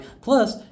Plus